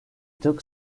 took